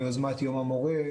ליוזמת יום המורה,